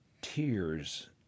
tears